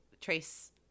trace